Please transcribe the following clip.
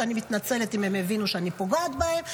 ואני מתנצלת אם הם הבינו שאני פוגעת בהם.